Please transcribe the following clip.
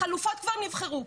החלופות כבר נבחרו.